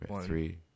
three